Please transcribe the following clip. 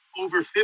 over